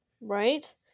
Right